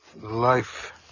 Life